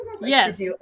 Yes